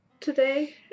today